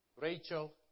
Rachel